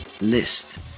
List